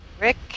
Rick